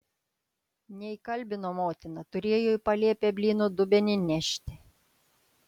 neįkalbino motina turėjo į palėpę blynų dubenį nešti